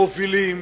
מובילים.